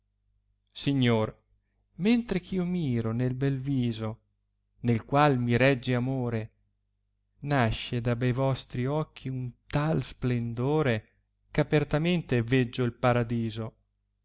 signor mentre eh io miro nel bel viso nel qual mi regge amore nasce da be vostri occhi un tal splendore ch apertamente veggio il paradiso